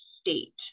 state